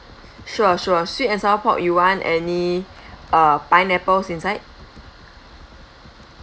sour sour sweet and sour pork you want any uh pineapples inside